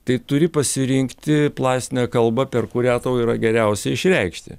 tai turi pasirinkti plastinę kalbą per kurią tau yra geriausiai išreikšti